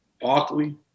Barkley